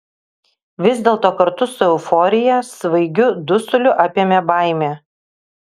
vis dėlto kartu su euforija svaigiu dusuliu apėmė baimė